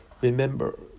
Remember